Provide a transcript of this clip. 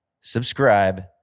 subscribe